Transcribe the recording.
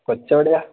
കൊച്ചെവിടെയാണ്